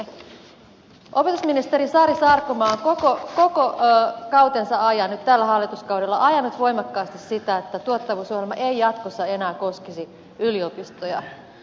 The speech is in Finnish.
opetusministeri sari sarkomaa on koko kautensa ajan tällä hallituskaudella ajanut voimakkaasti sitä että tuottavuusohjelma ei jatkossa enää koskisi yliopistoja